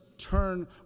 turn